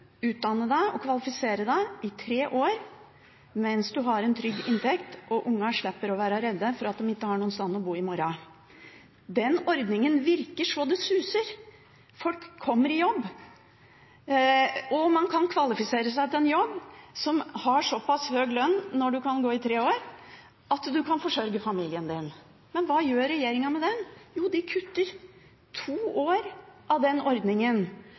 tre år mens man har en trygg inntekt, og ungene trenger ikke å være redde for at de ikke har noe sted å bo i morgen. Den ordningen virker så det suser. Folk kommer i jobb, og man kan kvalifisere seg til en jobb som har såpass høy lønn – når man kan bruke tre år – at man kan forsørge familien sin. Men hva gjør regjeringen med dette? Jo, de kutter to år av denne ordningen.